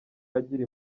agira